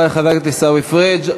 תודה רבה לחבר הכנסת עיסאווי פריג'.